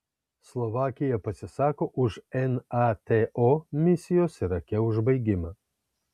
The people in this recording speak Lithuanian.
slovakija pasisako už nato misijos irake užbaigimą